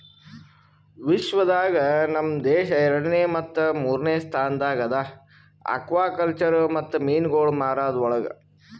ವಿಶ್ವ ದಾಗ್ ನಮ್ ದೇಶ ಎರಡನೇ ಮತ್ತ ಮೂರನೇ ಸ್ಥಾನದಾಗ್ ಅದಾ ಆಕ್ವಾಕಲ್ಚರ್ ಮತ್ತ ಮೀನುಗೊಳ್ ಮಾರದ್ ಒಳಗ್